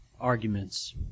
arguments